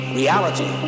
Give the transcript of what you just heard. reality